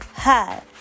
Hi